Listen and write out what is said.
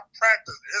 practice